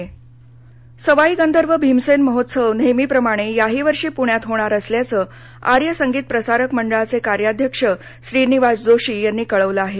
सवाई भीमसेन सवाई गंधर्व भीमसेन महोत्सव नेहमीप्रमाणे याही वर्षी पुण्यात होणार असल्याचं आर्य संगीत प्रसारक मंडळाचे कार्याध्यक्ष श्रीनिवास जोशी यांनी कळवलं आहे